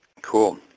Cool